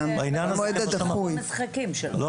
זה שזה משחק שהאוהד הספציפי הזה רוצה להגיע אליו,